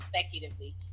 Consecutively